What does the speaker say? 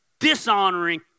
dishonoring